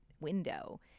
window